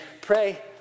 Pray